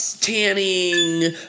tanning